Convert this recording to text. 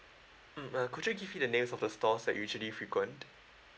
mm uh could you give you the names of the stores that usually frequent